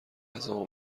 غذامو